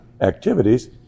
activities